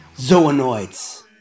Zoonoids